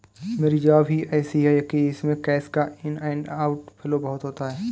मेरी जॉब ही ऐसी है कि इसमें कैश का इन एंड आउट फ्लो बहुत होता है